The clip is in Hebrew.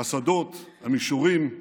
השדות, המישורים,